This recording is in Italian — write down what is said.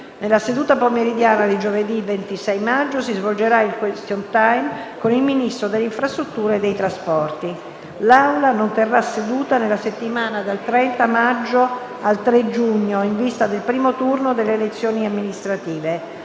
Nella seduta pomeridiana di giovedì 26 maggio si svolgerà il *question time* con il Ministro delle infrastrutture e dei trasporti. L'Aula non terrà seduta nella settimana dal 30 maggio al 3 giugno, in vista del primo turno delle elezioni amministrative.